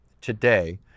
today